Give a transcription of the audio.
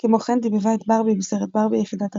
כמו כן דיבבה את ברבי בסרט "ברבי יחידת הריגול".